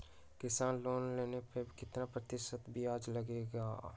किसान लोन लेने पर कितना प्रतिशत ब्याज लगेगा?